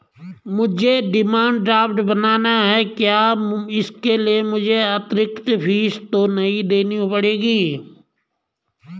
मुझे demand draft बनाना है क्या इसके लिए मुझे अतिरिक्त फीस तो नहीं देनी पड़ेगी?